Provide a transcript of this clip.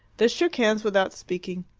they shook hands without speaking.